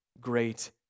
great